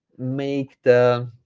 make the